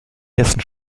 dessen